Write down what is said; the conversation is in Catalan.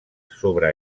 sobre